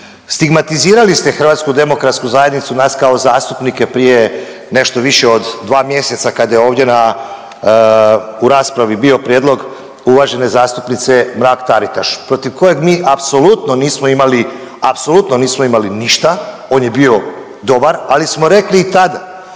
Stigmatizirali ste HDZ, nas kao zastupnike prije nešto više od 2 mjeseca kad je ovdje na, u raspravi bio prijedlog uvažene zastupnice Mrak-Taritaš protiv kojeg mi apsolutno nismo imali apsolutno nismo imali ništa, on je bio dobar, ali smo rekli tad